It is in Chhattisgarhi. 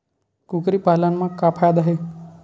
कुकरी पालन म का फ़ायदा हे?